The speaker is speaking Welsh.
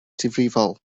difrifol